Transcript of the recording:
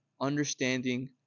understanding